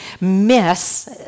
miss